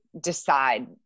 decide